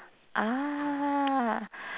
ah